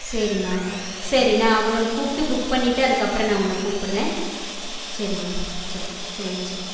சரிம்மா சரி நான் அவர்களுக்கு கூப்பிட்டு புக் பண்ணிவிட்டு அதுக்கப்புறம் நான் உன்னை கூப்பிடுறேன் சரிம்மா சரி சரி வைச்சுருறேன்